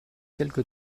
quelque